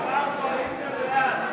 (קוראת בשמות חברי הכנסת)